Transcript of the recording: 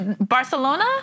Barcelona